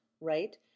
right